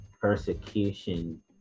persecution